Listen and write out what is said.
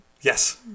Yes